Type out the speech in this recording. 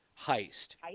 Heist